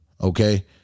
okay